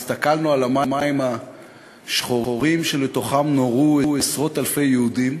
והסתכלנו על המים השחורים שלתוכם נורו עשרות אלפי יהודים,